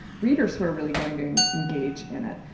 readers who are really going engage in it.